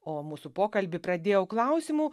o mūsų pokalbį pradėjau klausimu